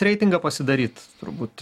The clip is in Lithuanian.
reitingą pasidaryt turbūt